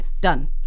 Done